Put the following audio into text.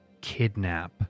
kidnap